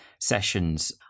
sessions